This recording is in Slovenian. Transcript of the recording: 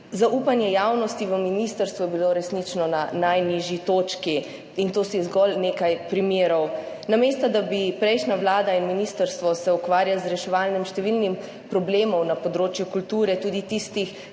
Zaupanje javnosti v ministrstvo je bilo resnično na najnižji točki. In to je zgolj nekaj primerov. Namesto da bi se prejšnja vlada in ministrstvo ukvarjala z reševanjem številnih problemov na področju kulture, tudi tistih,